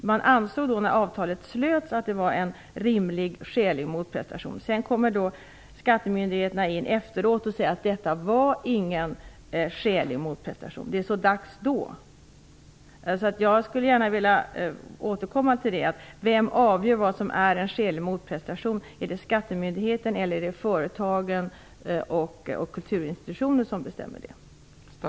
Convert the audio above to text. När avtalet slöts ansåg man att det var fråga om en rimlig motprestation. Efteråt kommer skattemyndigheterna in och säger att det inte var någon skälig motprestation. Det är så dags då. Jag återkommer till frågan: Vem avgör vad som är en skälig motprestation? Är det skattemyndigheten eller företagen och kulturinstitutioner som avgör detta?